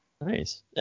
Nice